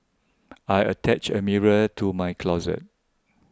I attached a mirror to my closet